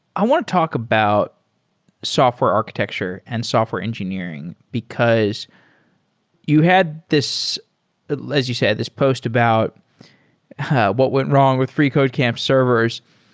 i want talk about software architecture and software engineering, because you had this as you said, this post about how what went wrong with freecodecamp servers.